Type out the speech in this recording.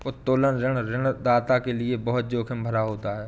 उत्तोलन ऋण ऋणदाता के लये बहुत जोखिम भरा होता है